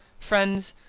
friends,